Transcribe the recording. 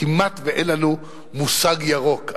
כמעט אין לנו מושג ירוק.